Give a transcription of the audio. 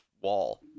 wall